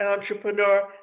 entrepreneur